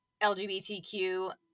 lgbtq